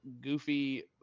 goofy